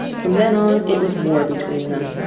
from then on it was war between them.